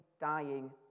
dying